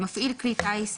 "מפעיל כלי טיס",